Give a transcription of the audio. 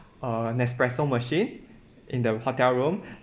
uh nespresso machine in the hotel room